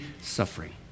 suffering